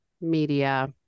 media